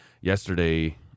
yesterday